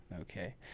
Okay